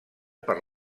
per